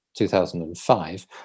2005